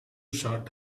short